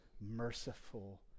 merciful